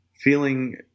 Feeling